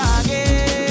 again